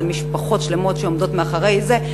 זה משפחות שלמות שעומדות מאחורי זה.